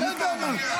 הרגע אמרת.